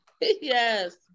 Yes